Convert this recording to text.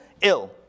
ill